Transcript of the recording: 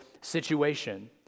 situation